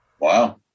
Wow